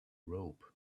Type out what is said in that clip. robe